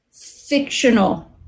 Fictional